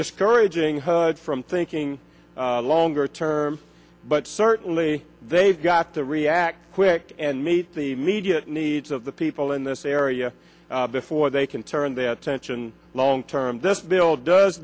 discouraging heard from thinking longer term but certainly they've got to react quick and meet the media needs of the people in this area before they can turn their attention long term this bill does